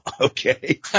Okay